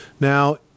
Now